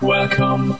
Welcome